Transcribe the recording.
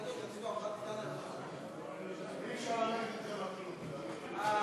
לאחרי סעיף 14. מי